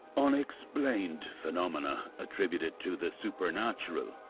unexplained phenomena, attributed to the supernatural,